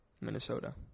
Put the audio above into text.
Minnesota